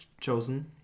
chosen